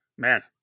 Man